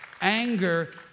Anger